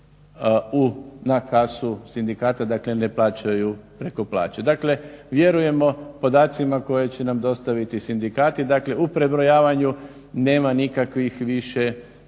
na kasu sindikata. Dakle, ne plaću preko plaće. Dakle, vjerujemo podacima koje će nam dostaviti sindikati, dakle u prebrojavanju nema nikakvih više